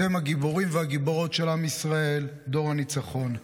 אתם הגיבורים והגיבורות של עם ישראל, דור הניצחון,